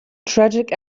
tragic